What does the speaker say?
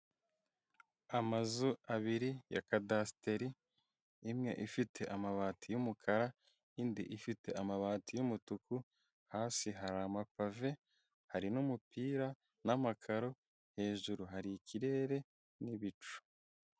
Amazu abiri ya kadasteri imwe ifite amabati y'umukara indi ifite amabati y'umutuku hasi hari amapave hari n'umupira n'amakaro hejuru hari ikirere n'ibicu.